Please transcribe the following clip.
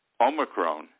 Omicron